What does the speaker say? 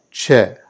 chair